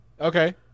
Okay